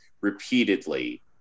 repeatedly